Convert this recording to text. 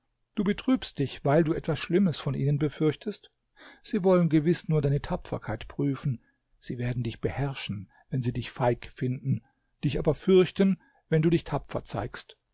du betrübst dich weil du etwas schlimmes von ihnen befürchtest sie wollen gewiß nur deine tapferkeit prüfen sie werden dich beherrschen wenn sie dich feig finden dich aber fürchten wenn du dich tapfer zeigst